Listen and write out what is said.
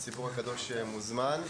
הציבור הקדוש מוזמן.